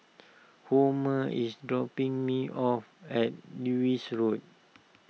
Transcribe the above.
Homer is dropping me off at Lewis Road